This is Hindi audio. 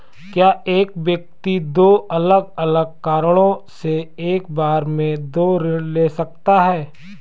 क्या एक व्यक्ति दो अलग अलग कारणों से एक बार में दो ऋण ले सकता है?